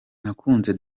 nakunze